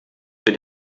für